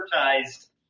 advertised